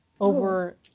over